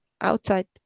outside